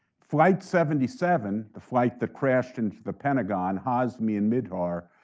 flight seventy seven, the flight that crashed into the pentagon, hazmi and mihdhar,